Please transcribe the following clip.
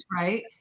right